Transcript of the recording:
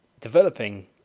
developing